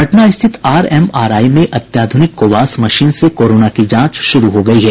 पटना स्थित आरएमआरआई में अत्याध्रनिक कोबास मशीन से कोरोना की जांच शुरू हो गयी है